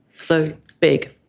so, big.